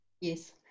Yes